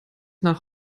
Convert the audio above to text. nach